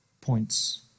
points